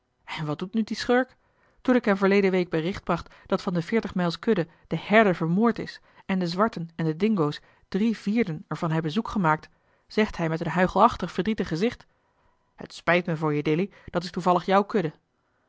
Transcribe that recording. en wat doet nu de schurk toen ik hem verleden week bericht bracht dat van de veertig mijls kudde de herder vermoord is en de zwarten en de dingo's drie vierden er van hebben zoekgemaakt zegt hij met een huichelachtig verdrietig gezicht t spijt me voor jou dilly dat is toevallig jouw kudde